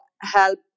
help